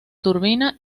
turbina